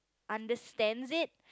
understands it